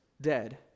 dead